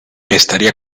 estaría